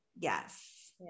yes